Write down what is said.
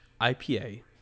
IPA